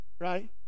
right